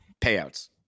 payouts